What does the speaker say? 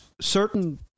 certain